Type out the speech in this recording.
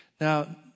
Now